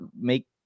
make